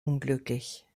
unglücklich